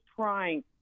trying